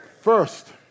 First